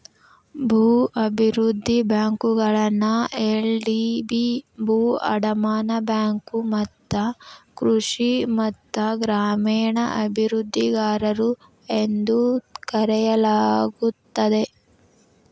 ಭೂ ಅಭಿವೃದ್ಧಿ ಬ್ಯಾಂಕುಗಳನ್ನ ಎಲ್.ಡಿ.ಬಿ ಭೂ ಅಡಮಾನ ಬ್ಯಾಂಕು ಮತ್ತ ಕೃಷಿ ಮತ್ತ ಗ್ರಾಮೇಣ ಅಭಿವೃದ್ಧಿಗಾರರು ಎಂದೂ ಕರೆಯಲಾಗುತ್ತದೆ